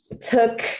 took